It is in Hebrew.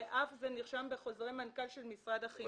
וזה אף נרשם בחוזרי מנכ"ל משרד החינוך.